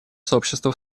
сообщества